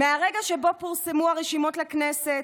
מהרגע שבו פורסמו הרשימות לכנסת,